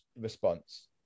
response